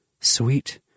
Sweet